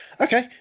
okay